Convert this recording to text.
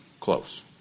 close